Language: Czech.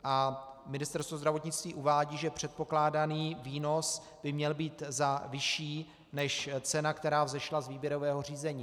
A Ministerstvo zdravotnictví uvádí, že předpokládaný výnos by měl být vyšší než cena, která vzešla z výběrového řízení.